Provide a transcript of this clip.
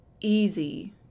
easy